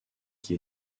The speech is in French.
qui